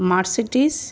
Mercedes